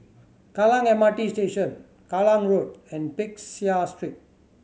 Kallang M R T Station Kallang Road and Peck Seah Street